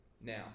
Now